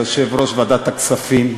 ליושב-ראש ועדת הכספים,